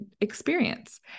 experience